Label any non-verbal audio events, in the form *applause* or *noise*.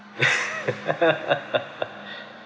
*laughs*